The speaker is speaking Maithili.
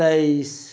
तेइस